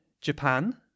Japan